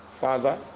Father